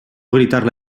gritarle